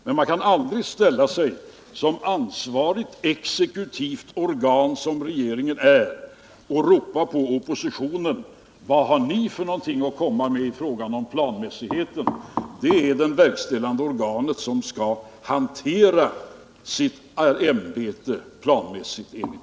Men man kan aldrig som ansvarigt exekutivt organ, som regeringen är, ställa sig och ropa till oppositionen: Vad har ni för någonting att komma med i fråga om planmässighet? Det är enligt min mening det verkställande organet som skall hantera sitt ämbete planmässigt.